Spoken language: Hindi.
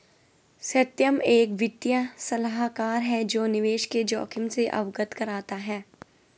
सत्यम एक वित्तीय सलाहकार है जो निवेश के जोखिम से अवगत कराता है